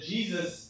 Jesus